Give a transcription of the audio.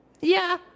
Yeah